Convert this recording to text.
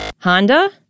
Honda